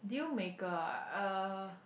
deal maker ah uh